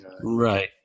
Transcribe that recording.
Right